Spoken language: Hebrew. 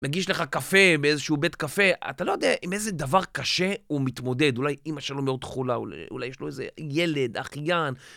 מגיש לך קפה באיזשהו בית קפה, אתה לא יודע עם איזה דבר קשה הוא מתמודד. אולי אימא שלו מאוד חולה, אולי יש לו איזה ילד, אחיין.